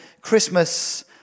Christmas